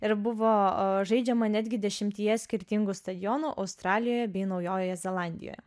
ir buvo žaidžiama netgi dešimtyje skirtingų stadionų australijoje bei naujojoje zelandijoje